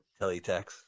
Teletext